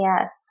Yes